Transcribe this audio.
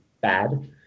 bad